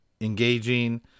engaging